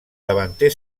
davanter